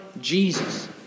Jesus